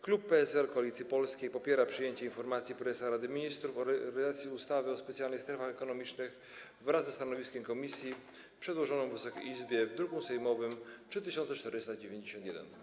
Klub PSL - Koalicja Polska popiera przyjęcie informacji prezesa Rady Ministrów o realizacji ustawy o specjalnych strefach ekonomicznych wraz ze stanowiskiem komisji, przedłożonej Wysokiej Izbie w druku sejmowym nr 3491.